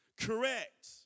Correct